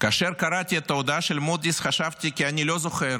כאשר קראתי את ההודעה של מודי'ס חשבתי כי אני לא זוכר